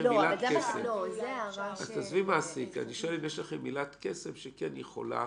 38. (א)מי שאינו זכאי לקבל מידע פלילי מסוים או ככלל,